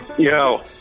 Yo